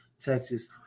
Texas